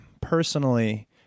personally